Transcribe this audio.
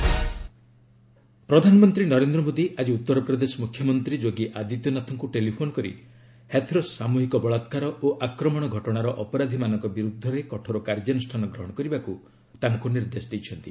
PM UP CM ପ୍ରଧାନମନ୍ତ୍ରୀ ନରେନ୍ଦ୍ର ମୋଦୀ ଆଜି ଉତ୍ତରପ୍ରଦେଶ ମୁଖ୍ୟମନ୍ତ୍ରୀ ଯୋଗୀ ଆଦିତ୍ୟନାଥଙ୍କୁ ଟେଲିଫୋନ୍ କରି ହାଥରସ ସାମ୍ରହିକ ବଳାକ୍ରାର ଓ ଆକ୍ରମଣ ଘଟଣାର ଅପରାଧୀମାନଙ୍କ ବିରୁଦ୍ଧରେ କଠୋର କାର୍ଯ୍ୟାନ୍ଷାନ ଗ୍ରହଣ କରିବାକୁ ନିର୍ଦ୍ଦେଶ ଦେଇଛନ୍ତି